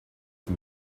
for